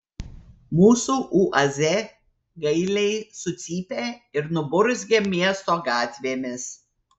mūsų uaz gailiai sucypė ir nuburzgė miesto gatvėmis